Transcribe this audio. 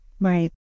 Right